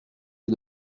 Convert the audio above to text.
est